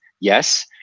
Yes